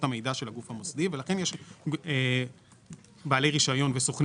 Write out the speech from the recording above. המידע של הגוף המוסדי ולכן יש בעלי רישיון וסוכנים